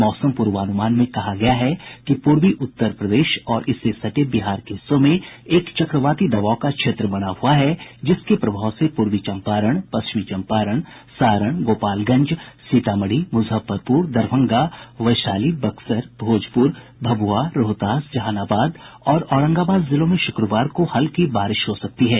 मौसम पूर्वानुमान में कहा गया है कि पूर्वी उत्तर प्रदेश और इससे सटे बिहार के हिस्सों में एक चक्रवाती दबाव का क्षेत्र बना हुआ है जिसके प्रभाव से पूर्वी चंपारण पश्चिमी चंपारण सारण गोपालगंज सीतामढ़ी मुजफ्फरपुर दरभंगा वैशाली बक्सर भोजपुर भभुआ रोहतास जहानाबाद और औरंगाबाद जिलों में शुक्रवार को हल्की बारिश हो सकती है